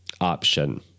option